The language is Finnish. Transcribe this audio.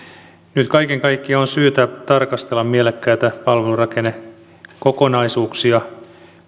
nyt kaiken kaikkiaan on syytä tarkastella mielekkäitä palvelurakennekokonaisuuksia